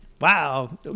Wow